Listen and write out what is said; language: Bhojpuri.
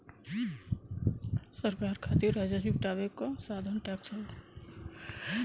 सरकार खातिर राजस्व जुटावे क साधन टैक्स हौ